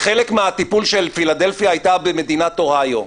חלק מהטיפול של פילדלפיה הייתה במדינת אוהיו.